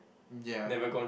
ya